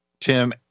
Tim